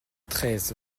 treize